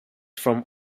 from